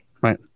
Right